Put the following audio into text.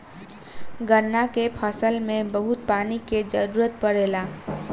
गन्ना के फसल में बहुत पानी के जरूरत पड़ेला